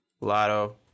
lotto